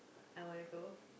I wanna go